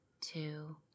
two